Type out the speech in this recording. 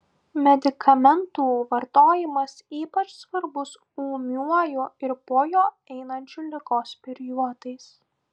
medikamentų vartojimas ypač svarbus ūmiuoju ir po jo einančiu ligos periodais